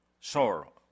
sorrow